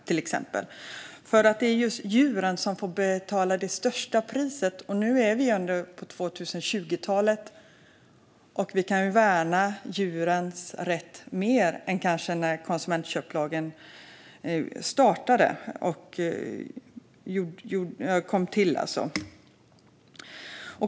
Det är djuren som får betala det högsta priset. Nu befinner vi oss ändå på 2020-talet och kan kanske värna djurens rätt mer än när konsumentköplagen kom till.